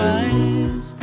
eyes